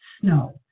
Snow